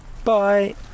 Bye